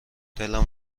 دلم